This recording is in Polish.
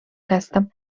gestem